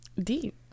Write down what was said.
deep